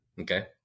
Okay